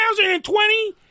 2020